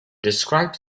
described